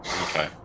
Okay